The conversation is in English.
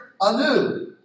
anew